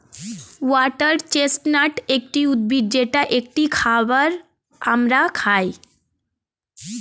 water chestnut একটি উদ্ভিদ যেটা একটি খাবার আমরা খাই